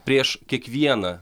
prieš kiekvieną